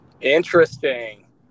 Interesting